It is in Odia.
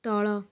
ତଳ